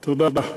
תודה.